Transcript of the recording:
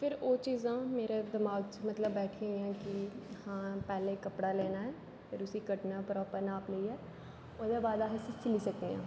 फिर ओह् चीजां मेरे दिमाग च मतलब बैठी गेइयां कि हां पहले कपडा लेना ऐ फिर उसी कट्टना प्रापर नाप लेइये ओहदे बाद अस उसी सीली सकने हां